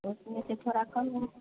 तो उसमें से थोड़ा कम होगा